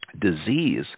Disease